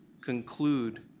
conclude